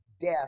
death